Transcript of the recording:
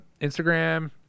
Instagram